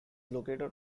located